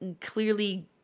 clearly